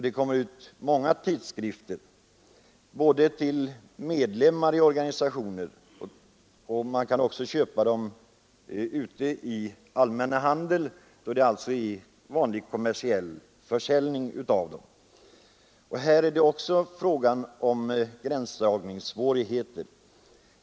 Det utkommer många tidskrifter om miljön, både sådana som bara går till medlemmarna i olika organisationer och sådana som också kan köpas i den allmänna handeln. Även där uppstår det gränsdragningssvårigheter.